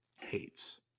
hates